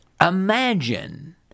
Imagine